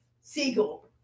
seagull